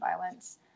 violence